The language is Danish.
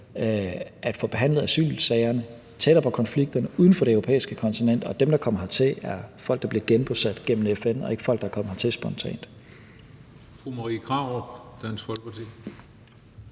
at få behandlet asylsagerne tættere på konflikterne, uden for det europæiske kontinent. Og dem, der kommer hertil, er folk, der bliver genbosat gennem FN, og ikke folk, der er kommet hertil spontant.